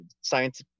science